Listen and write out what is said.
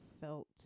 felt